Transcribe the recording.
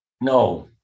No